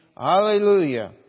Hallelujah